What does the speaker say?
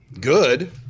good